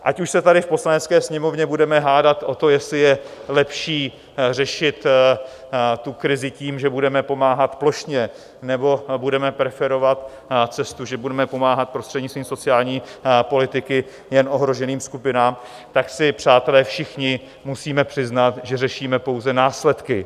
Ať už se tady v Poslanecké sněmovně budeme hádat o to, jestli je lepší řešit krizi tím, že budeme pomáhat plošně, nebo budeme preferovat cestu, že budeme pomáhat prostřednictvím sociální politiky jen ohroženým skupinám, tak si, přátelé, všichni musíme přiznat, že řešíme pouze následky.